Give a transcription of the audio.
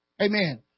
Amen